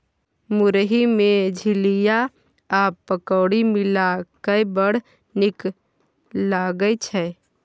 मुरही मे झिलिया आ पकौड़ी मिलाकए बड़ नीक लागय छै